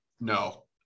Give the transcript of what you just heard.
No